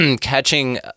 catching